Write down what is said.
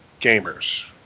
gamers